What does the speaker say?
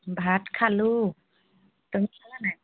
ভাত খালোঁ তুমি খালানে